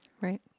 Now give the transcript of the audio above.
Right